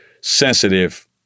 sensitive